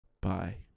Bye